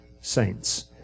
saints